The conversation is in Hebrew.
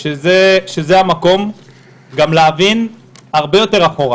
שזה המקום להבין הרבה יותר אחורה,